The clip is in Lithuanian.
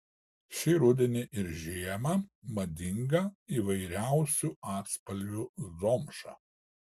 šį rudenį ir žiemą madinga įvairiausių atspalvių zomša